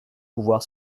pouvoir